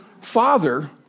father